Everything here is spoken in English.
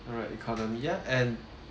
alright economy ya and